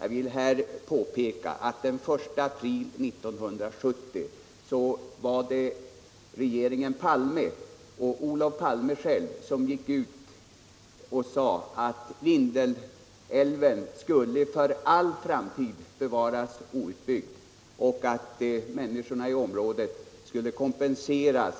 Jag vill här påpeka att den 1 april 1970 var det regeringen Palme och Olof Palme själv som gick ut och sade att Vindelådalen för all framtid skulle bevaras outbyggd och att människorna i området skulle kompenseras